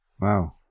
Wow